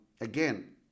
again